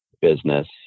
business